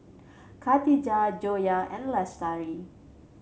Katijah Joyah and Lestari